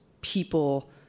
people